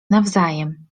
nawzajem